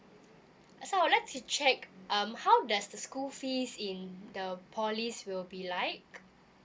so I would like to check um how does the school fees in the poly's will be like